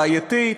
בעייתית,